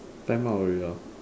time up already hor